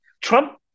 Trump